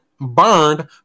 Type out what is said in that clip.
burned